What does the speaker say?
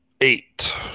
Eight